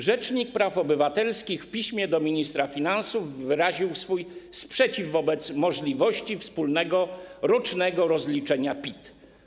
Rzecznik praw obywatelskich w piśmie do ministra finansów wyraził swój sprzeciw wobec możliwości wspólnego rocznego rozliczenia PIT.